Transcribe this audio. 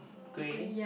um grey